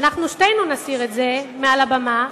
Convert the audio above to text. אני רוצה להציע לך שאנחנו שתינו נסיר את זה מעל הבמה,